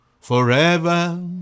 forever